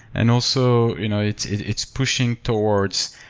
and also, you know it's it's pushing towards